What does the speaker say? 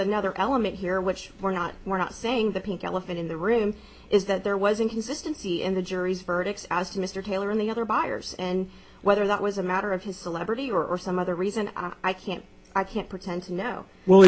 another element here which we're not we're not saying the pink elephant in the room is that there was inconsistency in the jury's verdict as to mr taylor and the other buyers and whether that was a matter of his celebrity or some other reason i can't